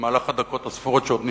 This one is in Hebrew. במהלך הדקות הספורות שעוד נשארו,